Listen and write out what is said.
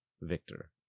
Victor